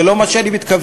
זה לא מה שאני מתכוון.